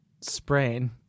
sprain